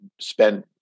spend